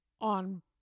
on